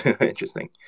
interesting